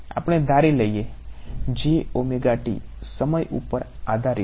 આપણે ધારી લઈએ સમય ઉપર આધારિત છે